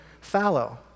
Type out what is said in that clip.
fallow